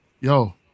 yo